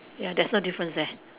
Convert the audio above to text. ya there's no difference there